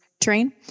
train